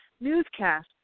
newscast